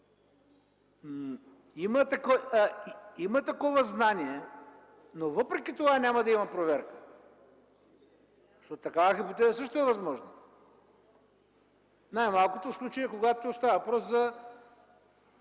има такова знание. Въпреки това няма да има проверка, защото такава хипотеза също е възможна. Най-малкото в случая, когато става въпрос за